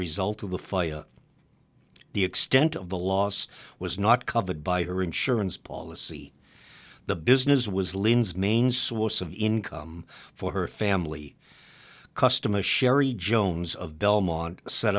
result of a five the extent of the loss was not covered by her insurance policy the business was lynn's main source of income for her family custom a sherry jones of belmont set